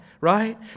right